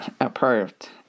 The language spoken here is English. approved